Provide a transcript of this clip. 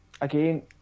Again